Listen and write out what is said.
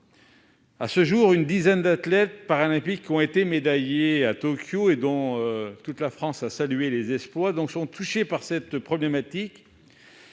À ce jour, une dizaine d'athlètes paralympiques médaillés à Tokyo- dont toute la France a salué les exploits -sont touchés par ce problème.